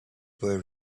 were